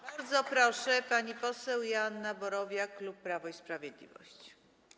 Bardzo proszę, pani poseł Joanna Borowiak, klub Prawo i Sprawiedliwość.